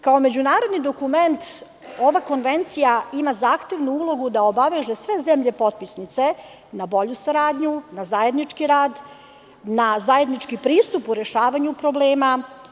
Kao međunarodni dokument, ova konvencija ima zahtevnu ulogu da obaveže sve zemlje potpisnice na bolju saradnju, na zajednički rad, na zajednički pristup u rešavanju problema.